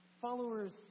followers